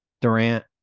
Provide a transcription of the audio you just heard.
Durant